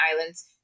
islands